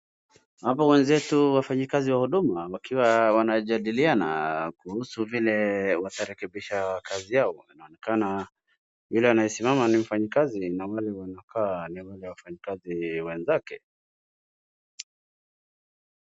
Hapa wenzetu wafanyikazi wa Huduma wakiwa wanajadiliana kuhusu vile watarekebisha kazi yao. Inaonekana yule anasiamama ni mfanyikazi na yule anakaa ni mmoja wa wafanyikazi wenzake.